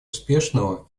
успешного